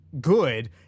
good